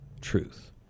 truth